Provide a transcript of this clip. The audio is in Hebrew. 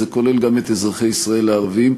וזה כולל גם את אזרחי ישראל הערבים,